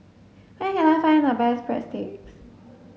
where can I find the best Breadsticks